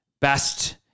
best